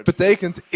Betekent